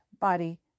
body